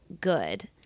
good